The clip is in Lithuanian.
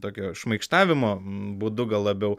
tokio šmaikštavimo būdu gal labiau